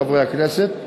חברי הכנסת,